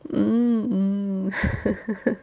mm